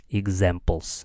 examples